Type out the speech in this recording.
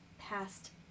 past